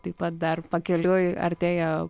taip pat dar pakeliui artėja